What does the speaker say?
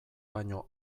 baino